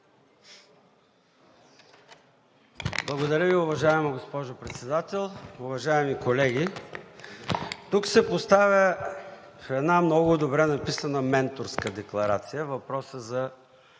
Благодаря Ви, уважаема госпожо Председател. Уважаеми колеги! Тук се поставя в една много добре написана менторска декларация въпросът за